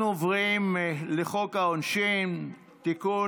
אנחנו עוברים לחוק העונשין (תיקון,